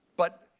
but,